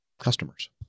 customers